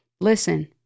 Listen